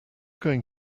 going